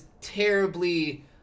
terribly